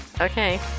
Okay